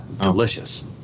delicious